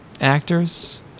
actors